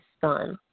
son